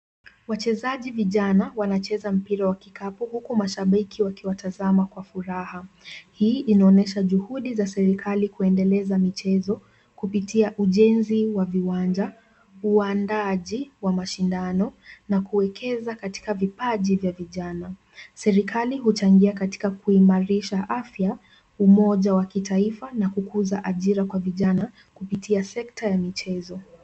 Wachezaji vijana wanacheza mpira wa kikapu huku mashabiki wakiwatazama kwa furaha. Hii inaonyesha juhudi za serikali kuendeleza michezo kupitia ujenzi wa viwanja, uandaaji wa mashindano na kuwekeza katika vipaji vya vijana. Serikali huchangia katika kuimarisha afya, umoja wa kitaifa na kukuza ajira kwa vijana kupitia sekta ya michezo.